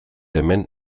hemen